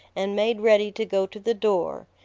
and made ready to go to the door.